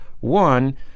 One